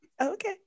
okay